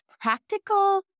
practical